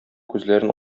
күзләрен